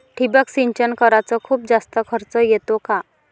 ठिबक सिंचन कराच खूप जास्त खर्च येतो का?